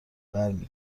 برمی